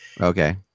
Okay